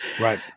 Right